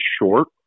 short